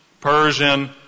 Persian